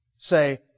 say